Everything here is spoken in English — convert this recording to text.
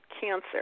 cancer